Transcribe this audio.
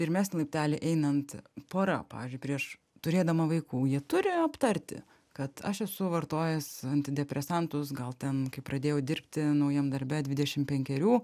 ir mes laiptelį einant pora pavyzdžiui prieš turėdama vaikų jie turi aptarti kad aš esu vartojęs antidepresantus gal ten kai pradėjau dirbti naujam darbe dvidešim penkerių